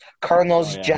Cardinals